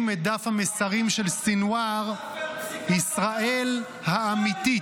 את דף המסרים של סנוואר "ישראל האמיתית".